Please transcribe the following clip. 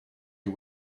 you